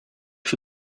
for